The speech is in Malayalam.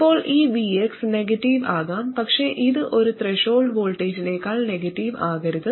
ഇപ്പോൾ ഈ Vx നെഗറ്റീവ് ആകാം പക്ഷേ ഇത് ഒരു ത്രെഷോൾഡ് വോൾട്ടേജിനേക്കാൾ നെഗറ്റീവ് ആകരുത്